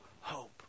hope